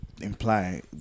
imply